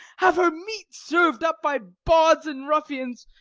have her meat serv'd up by bawds and ruffians,